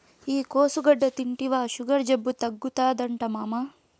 ఈ కోసుగడ్డ తింటివా సుగర్ జబ్బు తగ్గుతాదట మామా